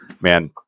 man